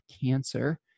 Cancer